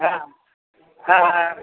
হ্যাঁ হ্যাঁ হ্যাঁ হ্যাঁ